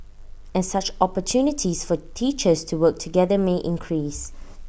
and such opportunities for teachers to work together may increase